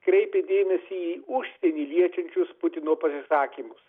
kreipė dėmesį į užsienį liečiančius putino pasisakymus